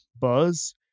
buzz